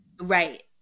Right